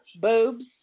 Boobs